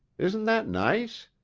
isn't that nice?